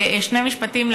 בשני משפטים,